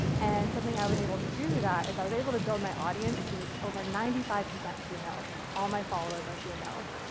and something i wouldn't able to do through that i was able to build my audience to over ninety five percent females. all my followers are females,